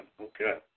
Okay